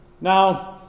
Now